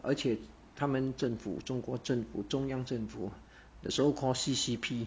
而且他们政府中国政府中央政府 the so called C_C_P